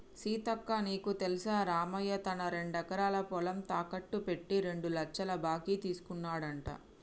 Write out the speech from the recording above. సీతక్క నీకు తెల్సా రామయ్య తన రెండెకరాల పొలం తాకెట్టు పెట్టి రెండు లచ్చల బాకీ తీసుకున్నాడంట